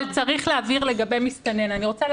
אבל צריך להבהיר לגבי מסתנן.